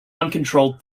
uncontrolled